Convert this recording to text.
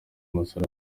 musore